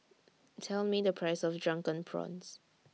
Tell Me The Price of Drunken Prawns